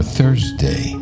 Thursday